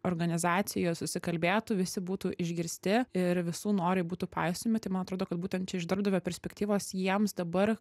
organizacijoj susikalbėtų visi būtų išgirsti ir visų norai būtų paisomi tai man atrodo kad būtent čia iš darbdavio perspektyvos jiems dabar